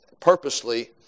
purposely